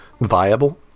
viable